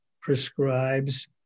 prescribes